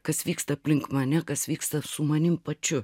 kas vyksta aplink mane kas vyksta su manim pačiu